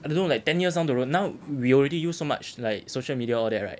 I don't know like ten years down the road now we already use so much like social media all that right